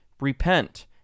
Repent